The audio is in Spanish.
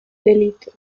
delito